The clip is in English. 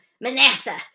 Manasseh